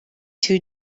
two